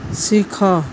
ଶିଖ